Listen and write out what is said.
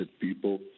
people